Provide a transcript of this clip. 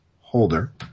holder